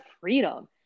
freedom